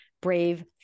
Brave